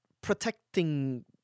protecting